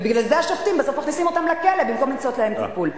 ובגלל זה השופטים בסוף מכניסים אותם לכלא במקום למצוא להם טיפול.